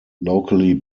locally